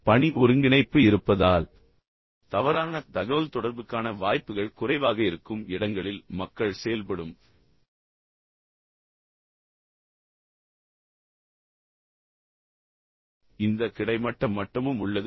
பணி ஒருங்கிணைப்பு இருப்பதால் தவறான தகவல்தொடர்புக்கான வாய்ப்புகள் குறைவாக இருக்கும் இடங்களில் மக்கள் செயல்படும் இந்த கிடைமட்ட மட்டமும் உள்ளது